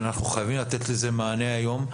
אבל אנחנו חייבים לתת לזה מענה היום,